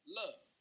love